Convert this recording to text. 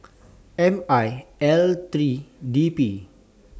M one L three D P